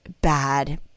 bad